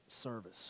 service